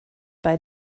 bei